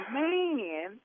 man